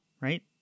right